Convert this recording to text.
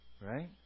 Right